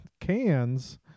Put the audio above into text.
cans